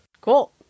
cool